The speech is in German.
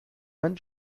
man